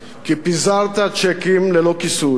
כי פיזרת צ'קים ללא כיסוי.